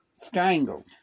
strangled